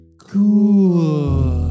Cool